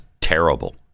terrible